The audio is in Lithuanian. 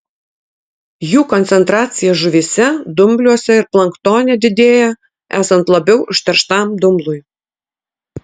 jų koncentracija žuvyse dumbliuose ir planktone didėja esant labiau užterštam dumblui